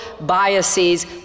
biases